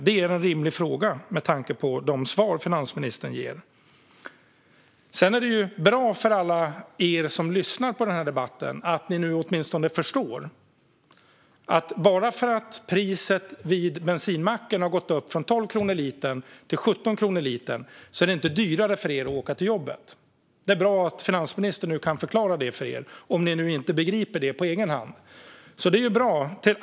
Det är en rimlig fråga, med tanke på de svar finansministern ger. Sedan är det ju bra för alla er som lyssnar på den här debatten att ni nu åtminstone förstår att bara för att priset vid bensinmacken har gått upp från 12 kronor litern till 17 kronor litern är det inte dyrare för er att åka till jobbet. Det är bra att finansministern nu kan förklara det för er, om ni inte begriper det på egen hand.